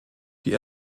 die